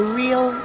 real